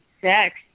sex